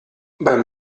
beim